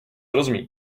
rozumí